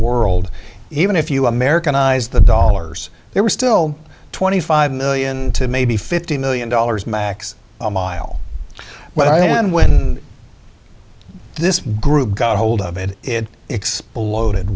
world even if you americanize the dollars there were still twenty five million to maybe fifty million dollars max a mile but i can win this group got hold of and it exploded